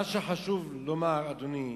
מה שחשוב לומר, אדוני,